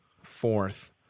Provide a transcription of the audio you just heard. fourth